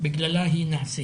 שבגללה היא נעשית.